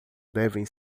devem